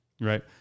Right